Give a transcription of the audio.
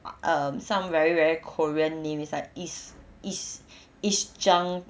um some very very korean name it's like it's it's it's jang